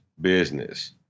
business